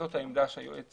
זו העמדה שהיועץ